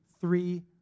three